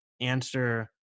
answer